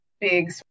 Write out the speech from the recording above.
big